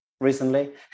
recently